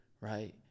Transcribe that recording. right